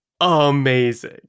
amazing